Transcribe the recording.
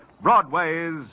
Broadway's